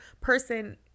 person